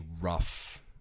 rough